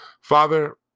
Father